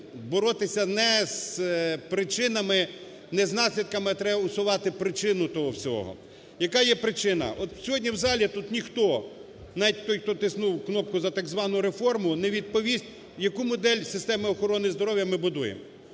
причинами, не з наслідками, а треба усувати причину того всього. Яка є причина? От сьогодні в залі тут ніхто, навіть той, хто тиснув кнопку за так звану реформу, не відповість, яку модель системи охорони здоров'я ми будуємо.